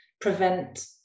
prevent